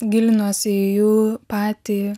gilinuosi į jų patį